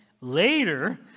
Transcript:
Later